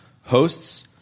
hosts